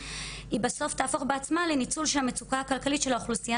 היא בסוף תהפוך בעצמה לניצול של המצוקה הכלכלית של האוכלוסייה